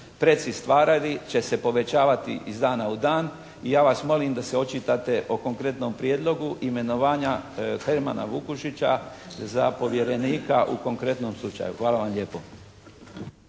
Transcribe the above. preci stvarali će se povećavati iz dana u dan i ja vas molim da se očitate o konkretnom prijedlogu imenovanja Permana Vukušića za povjerenika u konkretnom slučaju. Hvala vam lijepo.